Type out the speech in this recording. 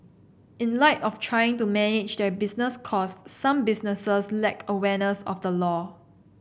in light of trying to manage their business cost some businesses lack awareness of the law